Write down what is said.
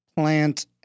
plant